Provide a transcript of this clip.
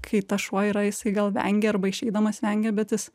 kai tas šuo yra jisai gal vengia arba išeidamas vengia bet jis